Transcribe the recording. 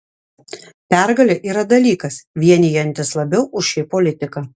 pergalė yra dalykas vienijantis labiau už šiaip politiką